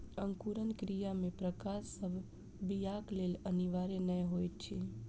अंकुरण क्रिया मे प्रकाश सभ बीयाक लेल अनिवार्य नै होइत अछि